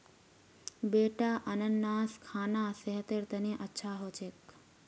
बेटा अनन्नास खाना सेहतेर तने अच्छा हो छेक